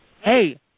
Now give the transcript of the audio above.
hey